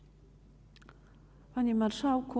Panie Marszałku!